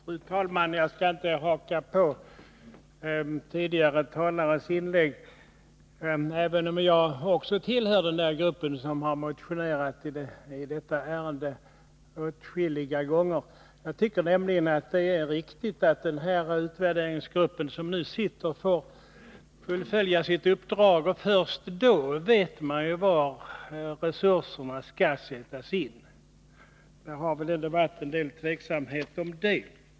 Fru talman! Jag skall inte haka på tidigare talares inlägg, även om också jag tillhör den grupp som har motionerat i frågan åtskilliga gånger. Jag tycker det är riktigt att den utvärderingsgrupp som nu arbetar får fullfölja sitt uppdrag. Först därefter vet man ju var resurserna skall sättas in. F. n. förekommer det i debatten en tveksamhet om det.